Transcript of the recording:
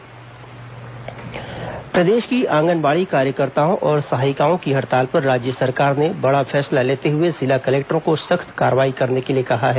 आंगनबाड़ी कार्यकर्ता हड़ताल प्रदेश की आंगनबाड़ी कार्यकर्ताओं और सहायिकाओं की हड़ताल पर राज्य सरकार ने बड़ा फैसला लेते हए जिला कलेक्टरों को सख्त कार्रवाई करने के लिए कहा है